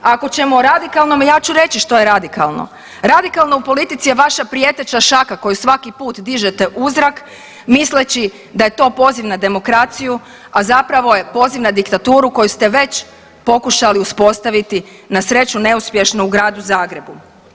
Ako ćemo po radikalnom ja ću reći što je radikalno, radikalno u politici je vaša prijeteća šaka koju svaki put dižete u zrak misleći da je to poziv na demokraciju, a zapravo je poziv na diktaturu koju ste već pokušali uspostaviti, na sreću neuspješno u gradu Zagrebu.